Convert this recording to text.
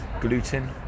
gluten